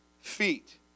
feet